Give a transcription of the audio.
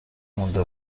مونده